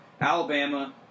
Alabama